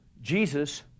Jesus